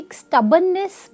stubbornness